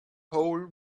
hole